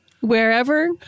wherever